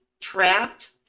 trapped